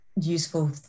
useful